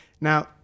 Now